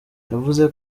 yavuze